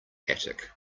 attic